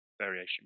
variation